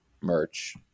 merch